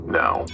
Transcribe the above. now